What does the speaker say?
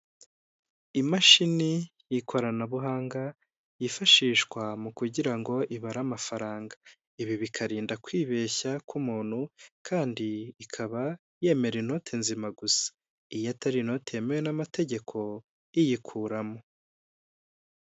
Imashini y'ikoranabuhanga yifashishwa mu kugira ngo ibare amafaranga, ibi bikarinda kwibeshya k'umuntu kandi ikaba yemera inoti nzima gusa. Iyo atari inote yemewe n'amategeko iyikuramo.